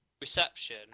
reception